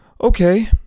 okay